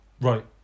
Right